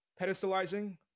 pedestalizing